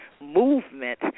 movement